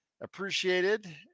appreciated